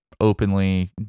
openly